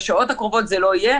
בשעות הקרובות זה לא יהיה,